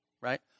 right